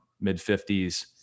mid-50s